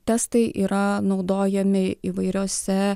testai yra naudojami įvairiose